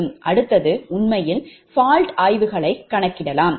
அடுத்தது உண்மையில் fault ஆய்வுகளை கணக்கிடலாம்